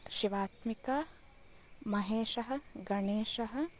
शिवात्मिका महेशः गणेशः